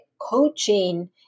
coaching